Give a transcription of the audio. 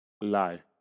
lie